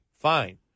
fine